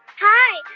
hi,